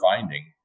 finding